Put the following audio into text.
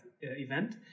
event